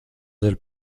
del